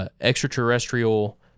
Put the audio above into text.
extraterrestrial